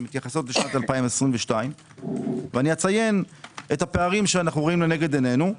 שמתייחסות לשנת 22'. אציין את הפערים שאנו רואים לנגד עינינו.